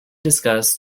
discuss